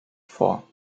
vor